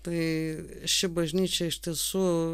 tai ši bažnyčia iš tiesų